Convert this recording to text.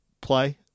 play